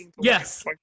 Yes